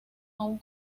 aún